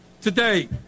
today